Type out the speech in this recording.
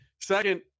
Second